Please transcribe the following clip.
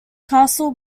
castle